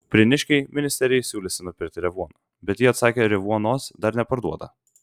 prieniškiai ministerijai siūlėsi nupirkti revuoną bet ji atsakė revuonos dar neparduoda